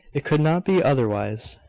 it could not be otherwise.